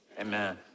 amen